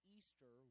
Easter